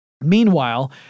Meanwhile